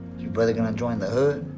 your brother gonna join the hood?